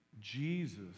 Jesus